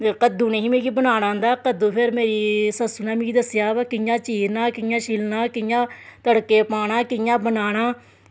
ते कद्दूं निं हा मिगी बनाना औंदा कद्दू फिर मिगी मेरी सस्सू नै दस्सेआ कि'यां चीरना कि'यां छिल्लना कि'यां तड़कै गी पाना कि'यां बनाना